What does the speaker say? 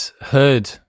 heard